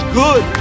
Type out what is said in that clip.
good